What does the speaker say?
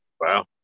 Wow